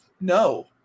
No